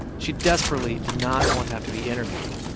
she desperately did not want to have to be interviewed.